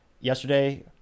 Yesterday